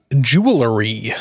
Jewelry